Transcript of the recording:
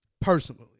personally